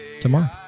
tomorrow